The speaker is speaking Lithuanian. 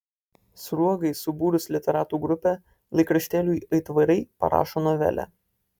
sruogai subūrus literatų grupę laikraštėliui aitvarai parašo novelę